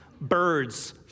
birds